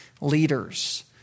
leaders